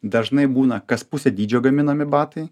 dažnai būna kas pusę dydžio gaminami batai